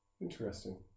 Interesting